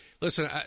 listen